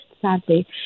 sadly